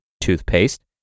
toothpaste